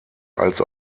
als